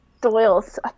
Doyle's